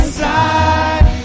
side